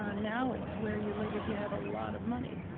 ah now it's where you live if you have a lot of money.